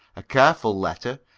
a careful letter,